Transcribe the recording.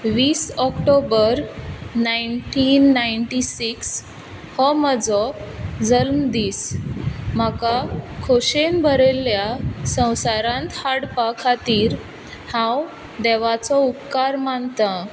वीस October nineteen ninety six हो म्हजो जल्मदीस म्हाका खोशेन बरयल्या सवसारांत हाडपा खातीर हांव देवाचो उपकार मानता